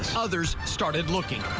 ah others started look.